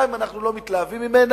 גם אם אנחנו לא מתלהבים ממנה,